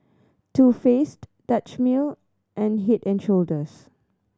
Too Faced Dutch Mill and Head and Shoulders